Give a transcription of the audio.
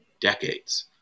decades